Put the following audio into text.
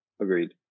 Agreed